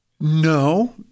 No